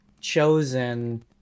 chosen